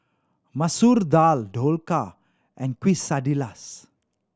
Masoor Dal Dhokla and Quesadillas